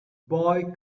boy